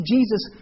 Jesus